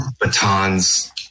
batons